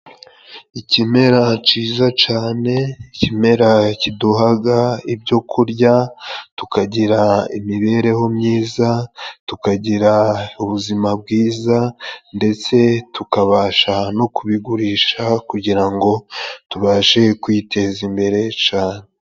Ikimera ciza cane， ikimera kiduhaga ibyo kurya， tukagira imibereho myiza， tukagira ubuzima bwiza ndetse tukabasha no kubigurisha，kugira ngo tubashe kwiteza imbere cane.